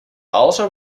also